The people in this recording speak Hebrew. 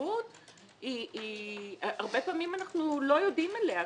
התושבות, הרבה פעמים אנחנו לא יודעים עליה.